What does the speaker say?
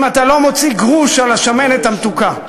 אם אתה לא מוציא גרוש על השמנת המתוקה.